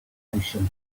ocean